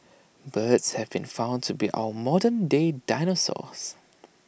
birds have been found to be our modern day dinosaurs